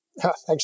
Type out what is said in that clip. Thanks